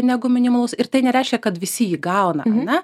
negu minimalus ir tai nereiškia kad visi jį gauna ane